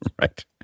Right